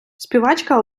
співачка